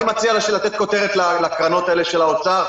אני מציע לתת כותרת לקרנות האלה של האוצר.